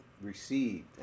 received